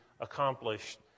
accomplished